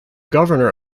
governor